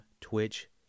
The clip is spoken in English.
Twitch